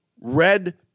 red